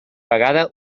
vegada